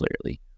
clearly